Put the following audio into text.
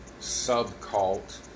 subcult